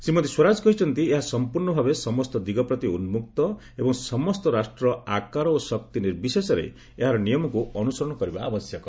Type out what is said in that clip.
ଶ୍ରୀମତୀ ସ୍ୱରାଜ କହିଛନ୍ତି ଏହା ସମ୍ପର୍ଣ୍ଣ ଭାବେ ସମସ୍ତ ଦିଗ ପ୍ରତି ଉନ୍କକ୍ତ ଏବଂ ସମସ୍ତ ରାଷ୍ଟ୍ର ଆକାର ଓ ଶକ୍ତି ନିର୍ବିଶେଷରେ ଏହାର ନିୟମକୁ ଅନୁସରଣ କରିବା ଆବଶ୍ୟକ